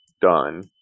done